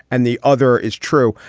and the other is true.